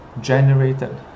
generated